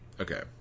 Okay